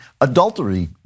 Adultery